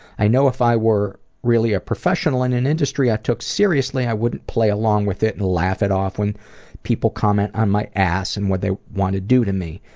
i know if i were really a professional in an industry i took seriously i wouldn't play along with it and laugh it off when people comment on my ass and what they want to do to me